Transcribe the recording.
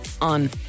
on